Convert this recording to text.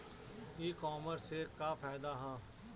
ई कामर्स से का फायदा ह?